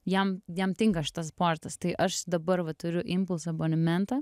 jam jam tinka šitas sportas tai aš dabar va turiu impuls abonementą